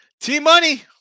T-Money